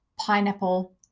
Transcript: pineapple